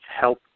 help